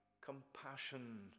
compassion